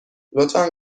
لطفا